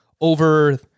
over